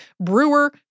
brewer